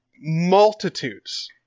multitudes